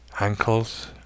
ankles